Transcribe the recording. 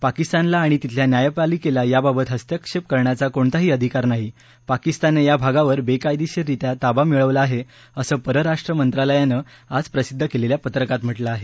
पाकिस्तानला आणि तिथल्या न्यायपालिकेला याबाबत हस्तक्षेप करण्याचा कोणताही अधिकार नाही पाकिस्ताननं या भागावर बेकायदेशिररित्या ताबा मिळवाला आहे असं परराष्ट्र मंत्रालयानं आज प्रसिद्ध केलेल्या पत्रकात म्हटलं आहे